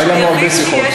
היו לנו הרבה שיחות.